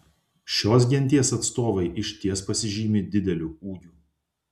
šios genties atstovai išties pasižymi dideliu ūgiu